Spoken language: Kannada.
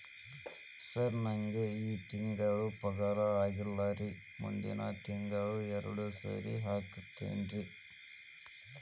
ಸರ್ ನಂಗ ಈ ತಿಂಗಳು ಪಗಾರ ಆಗಿಲ್ಲಾರಿ ಮುಂದಿನ ತಿಂಗಳು ಎರಡು ಸೇರಿ ಹಾಕತೇನ್ರಿ